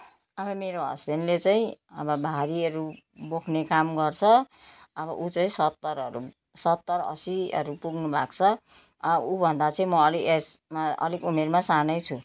मेरो हसबेन्डले चाहिँ अब भारीहरू बोक्ने काम गर्छ अब ऊ चाहिँ सत्तरहरू सत्तर अस्सीहरू पुग्नुभएको छ उभन्दा चाहिँ म अलि एजमा अलिक उमेरमा सानै छु